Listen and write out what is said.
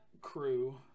crew